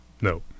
No